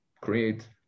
create